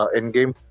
Endgame